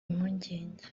impungenge